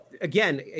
Again